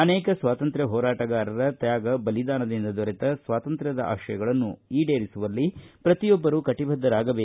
ಅನೇಕ ಸ್ವಾತಂತ್ರ್ಯ ಹೋರಾಟಗಾರರ ತ್ಯಾಗಬಲಿದಾನದಿಂದ ದೊರೆತ ಸ್ವಾತಂತ್ರ್ಯ ಆಶಯಗಳನ್ನು ಈಡೇರಿಸುವಲ್ಲಿ ಪ್ರತಿಯೊಬ್ಬರು ಕಟಬದ್ದರಾಗಬೇಕು ಎಂದು ಹೇಳಿದರು